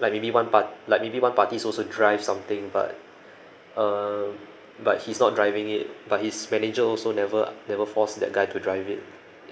like maybe one part~ like maybe one party's also drive something but uh but he's not driving it but his manager also never never force that guy to drive it